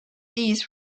these